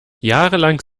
jahrelang